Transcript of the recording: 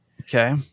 Okay